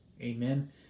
Amen